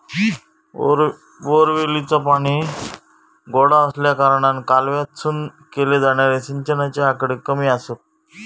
बोअरवेलीचा पाणी गोडा आसल्याकारणान कालव्यातसून केले जाणारे सिंचनाचे आकडे कमी आसत